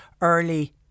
early